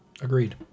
Agreed